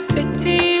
City